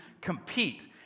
compete